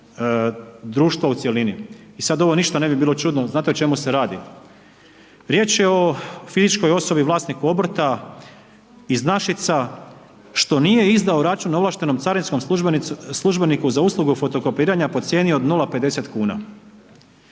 društva u cjelini. I sad ništa ne bi bilo čudno, znate o čemu se radi? Riječ je o fizičkoj osobi, vlasniku obrta iz Našica što nije izdao račun ovlaštenom carinskom službeniku za uslugu fotokopiranja po cijeni od 0,50 kn.